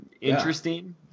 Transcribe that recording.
interesting